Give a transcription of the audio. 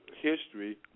history